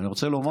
אני רוצה לומר